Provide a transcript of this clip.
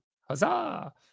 Huzzah